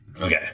Okay